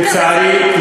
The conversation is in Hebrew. לצערי,